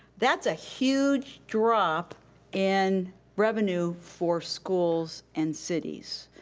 that's a huge drop in revenue for schools and cities.